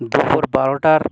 দুপুর বারোটার